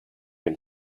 into